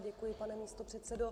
Děkuji, pane místopředsedo.